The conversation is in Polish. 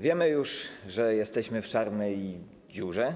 Wiemy już, że jesteśmy w czarnej... dziurze,